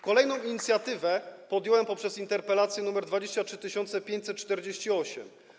Kolejną inicjatywę podjąłem w ramach interpelacji nr 23548.